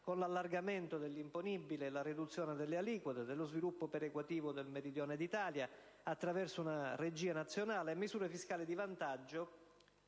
con l'allargamento dell'imponibile e la riduzione delle aliquote; dello sviluppo perequativo del Meridione d'Italia, attraverso una regia nazionale e misure fiscali di vantaggio;